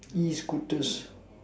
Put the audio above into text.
E scooters